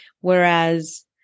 whereas